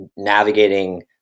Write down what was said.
Navigating